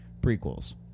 prequels